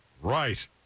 right